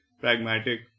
pragmatic